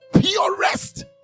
purest